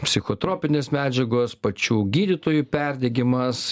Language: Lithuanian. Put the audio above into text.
psichotropinės medžiagos pačių gydytojų perdegimas